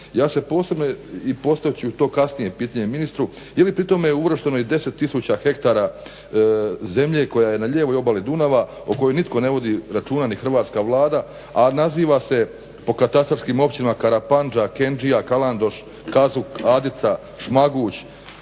ja se posebno i postavit ću to kasnije pitanje ministru, je li pri tome uvršteno i 10 tisuća hektara zemlje koja je na lijevoj obali Dunava o kojoj nitko ne vodi računa, ni Hrvatska vlada, a naziva se po katastarskim općinama karapanđa, kenđija, kalandoš, kazuk, adica, šmaguć,